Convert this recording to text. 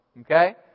okay